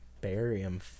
Barium